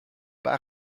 pas